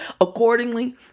Accordingly